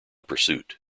pursuit